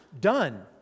done